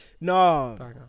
No